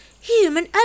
human